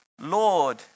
Lord